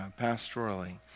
pastorally